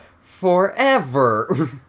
forever